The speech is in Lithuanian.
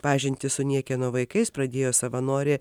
pažintį su niekieno vaikais pradėjo savanorė